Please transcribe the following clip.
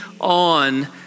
on